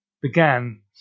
began